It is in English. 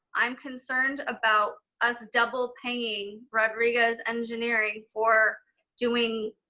i'm concerned about us double paying rodriguez engineering for doing